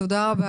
תודה.